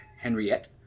Henriette